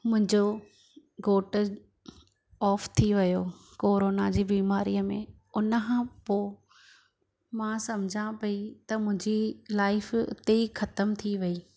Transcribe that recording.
मुंहिंजो घोट ऑफ थी वियो कोरोना जी बीमारीअ में उन खां पोइ मां सम्झा पई त मुंहिंजी लाइफ हिते ही ख़तम थी वई